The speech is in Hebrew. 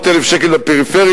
400,000 שקל בפריפריה